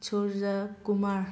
Suraj Kumar